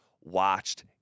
watched